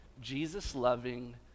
Jesus-loving